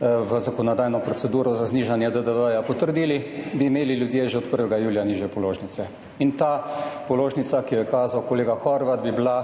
v zakonodajno proceduro, potrdili, bi imeli ljudje že od 1. julija nižje položnice in ta položnica, ki jo je kazal kolega Horvat, bi bila